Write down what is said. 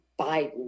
biden